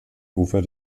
ufer